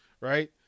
right